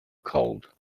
cold